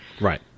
Right